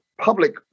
public